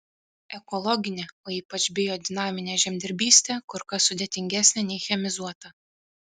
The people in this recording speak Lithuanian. ekologinė o ypač biodinaminė žemdirbystė kur kas sudėtingesnė nei chemizuota